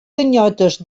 ganyotes